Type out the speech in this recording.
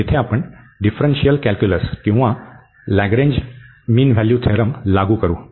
तर येथे आपण डिफ्रन्शीयल कॅल्क्युलस किंवा लॅगरेंज मीन व्हॅल्यू थेरम लागू करू